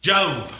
Job